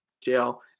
jail